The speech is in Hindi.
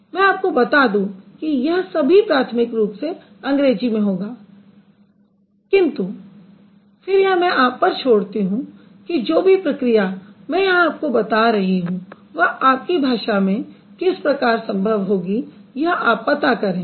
मैं आपको बता दूँ कि यह सभी प्राथमिक रूप से अंग्रेज़ी में होगा किन्तु फिर यह मैं आप पर छोड़ती हूँ कि जो भी प्रक्रिया मैं यहाँ आपको बता रही हूँ वह आपकी भाषा में किस प्रकार संभव होगी यह आप पता करें